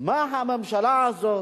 מה הממשלה הזאת,